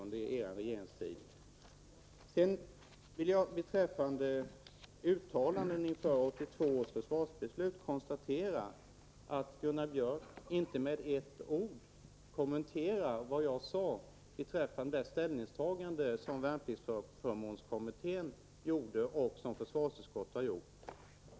Beträffande uttalanden inför 1982 års försvarsbeslut kan jag konstatera att Gunnar Björk inte med ett ord kommenterar vad jag sade om de ställningstaganden som värnpliktsförmånskommittén gjorde och som försvarsutskottet har gjort.